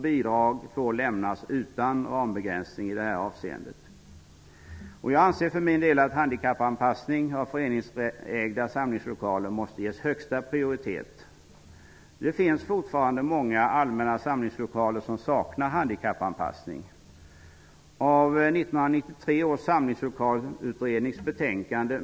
Bidrag får lämnas utan rambegränsning i det här avseendet. Jag anser för min del att handikappanpassning av föreningsägda samlingslokaler måste ges högsta prioritet. Det finns fortfarande många allmänna samlingslokaler som saknar handikappanpassning.